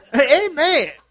Amen